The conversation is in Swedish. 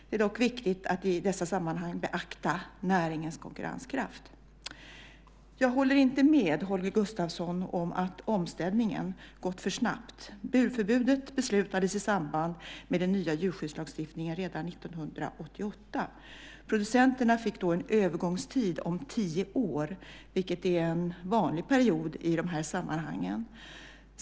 Det är dock viktigt att i dessa sammanhang beakta näringens konkurrenskraft. Jag håller inte med Holger Gustafsson om att omställningen gått för snabbt. Burförbudet beslutades i samband med den nya djurskyddslagstiftningen redan 1988. Producenterna fick då en övergångstid om tio år, vilket är en vanlig period i dessa sammanhang.